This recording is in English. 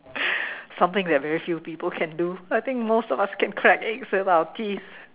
something that very few people can do I think most of us can crack eggs with our teeth